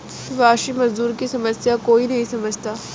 प्रवासी मजदूर की समस्या कोई नहीं समझता